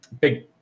big